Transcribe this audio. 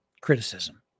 Criticism